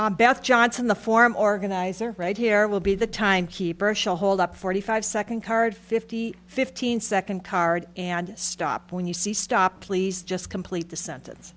beth johnson the form organizer right here will be the time keeper she'll hold up forty five second card fifty fifteen second card and stop when you see stop please just complete the sentence